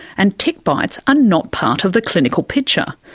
and tick bites are not part of the clinical picture.